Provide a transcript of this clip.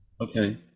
okay